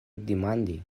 demandi